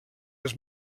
els